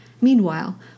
Meanwhile